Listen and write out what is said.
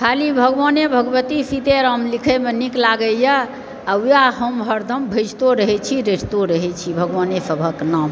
खाली भगवाने भगवती सीते राम लिखैमे नीक लागैए आओर वएह हम हरदम भजितो रहै छी रटितो रहै छी भगवाने सबहके नाम